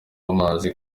amazi